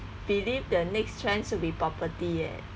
believe the next trend should be property eh